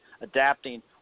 adapting